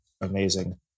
amazing